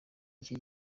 iki